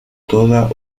toda